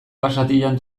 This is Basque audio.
basatian